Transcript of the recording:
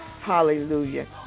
Hallelujah